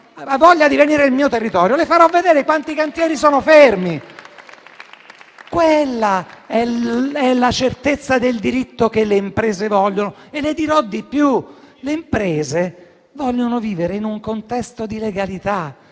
voglia di venire nel mio territorio, le farò vedere quanti cantieri sono fermi. Quella è la certezza del diritto che le imprese vogliono. E le dirò di più. Le imprese vogliono vivere in un contesto di legalità;